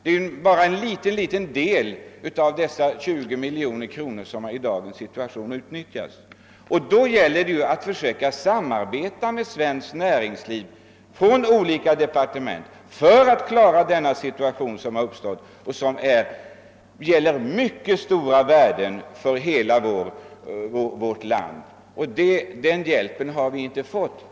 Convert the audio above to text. Det är endast en ringa del av dessa 20 miljoner kronor som i dag utnyttjas. Då gäller det att försöka samarbeta mellan svenskt näringsliv och olika departement för att klara den uppkomna situationen. Det gäller mycket stora värden för hela vårt land. Den hjälpen har vi inte fått.